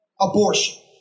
Abortion